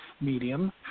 Medium